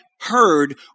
heard